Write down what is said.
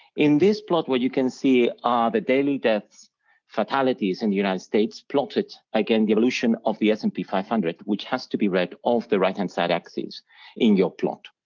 in this plot what you can see are the daily deaths fatalities in the united states plotted against the evolution of the s and p five hundred which has to be read off the right-hand side axes in your plot,